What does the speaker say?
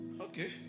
Okay